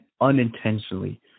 unintentionally